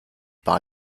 par